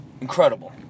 incredible